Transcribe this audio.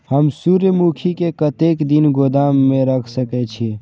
हम सूर्यमुखी के कतेक दिन गोदाम में रख सके छिए?